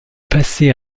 passée